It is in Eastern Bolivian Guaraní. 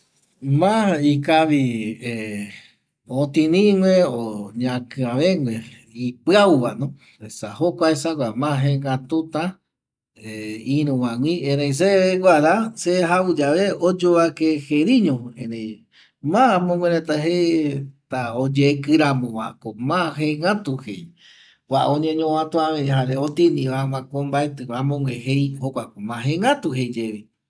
Ma ikavi otinigue o ñakƚavegue ipiauvano esa jokua esagua ma jegatuta iruvagui erei seveguara se jauyave oyovake jeriño ma amogue reta jei ta oyekiramo vako ma jegatu jei kua oñeñuvatuavei jare otinivako mbaetƚ amogue jei jokuako ma jegatu jei yevi